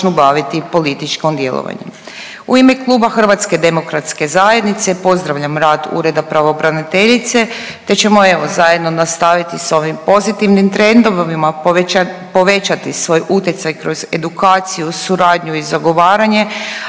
U ime kluba HDZ-a pozdravljam rad Ureda pravobraniteljice te ćemo evo zajedno nastaviti s ovim pozitivnim trendovima, povećati svoj utjecaj kroz edukaciju, suradnju i zagovaranje,